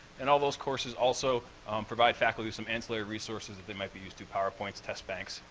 and all those courses also provide faculty some ancillary resources that they might be used to powerpoints, test banks,